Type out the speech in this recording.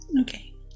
Okay